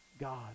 God